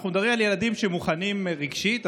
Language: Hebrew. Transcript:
אנחנו מדברים על ילדים שמוכנים רגשית,